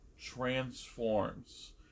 transforms